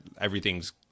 everything's